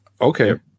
Okay